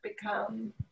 become